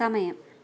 സമയം